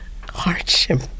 hardship